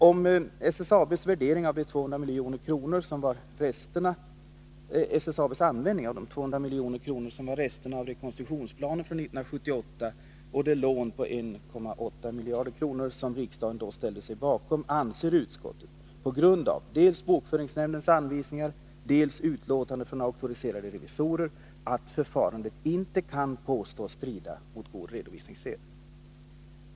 Om SSAB:s användning av de 200 milj.kr. som var resterna av rekonstruktionsplanen för 1978 och det lån på 1 800 milj.kr. som riksdagen då ställde sig bakom, anser sig utskottet på grund av dels bokföringsnämndens anvisningar, dels utlåtande från auktoriserade revisorer mena att förfarandet inte kan påstås strida mot god redovisningssed.